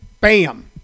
bam